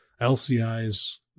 LCI's